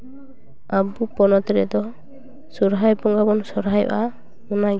ᱟᱵᱚ ᱯᱚᱱᱚᱛ ᱨᱮᱫᱚ ᱥᱚᱦᱚᱨᱟᱭ ᱵᱚᱸᱜᱟ ᱵᱚᱱ ᱥᱚᱦᱚᱨᱟᱭᱚᱜᱼᱟ ᱚᱱᱟᱜᱮ ᱤᱧᱫᱩᱧ ᱠᱩᱥᱤᱭᱟᱜᱼᱟ